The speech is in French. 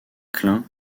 klein